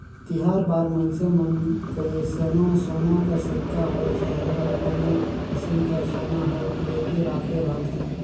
तिहार बार मइनसे मन कइसनो सोना कर सिक्का होए चहे अउ कोनो किसिम कर सोना होए लेके राखे रहथें